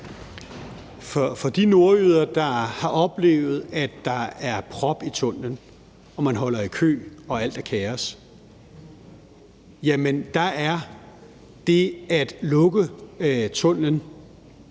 For de nordjyder, der har oplevet, at der er prop i tunnellen og man holder i kø og alt er kaos, er det at lukke tunnellen